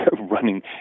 running